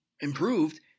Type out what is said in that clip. improved